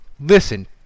listen